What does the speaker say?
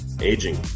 aging